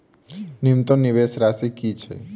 न्यूनतम निवेश राशि की छई?